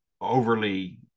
overly